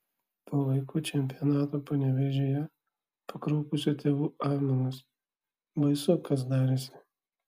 po vaikų čempionato panevėžyje pakraupusių tėvų aimanos baisu kas darėsi